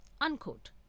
unquote